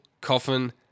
Coffin